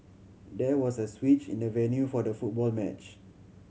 there was a switch in the venue for the football match